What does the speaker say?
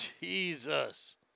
Jesus